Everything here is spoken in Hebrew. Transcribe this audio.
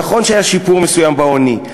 נכון שהיה שיפור מסוים בעוני,